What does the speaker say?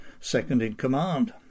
second-in-command